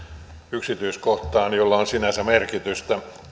yksityiskohtaan jolla on sinänsä merkitystä